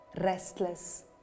restless